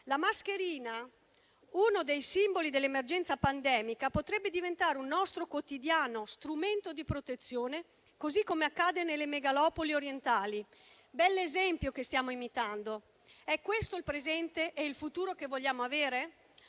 La mascherina, uno dei simboli dell'emergenza pandemica, potrebbe diventare un nostro quotidiano strumento di protezione, così come accade nelle megalopoli orientali. Bell'esempio che stiamo imitando. Sono questi il presente e il futuro che vogliamo avere?